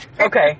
okay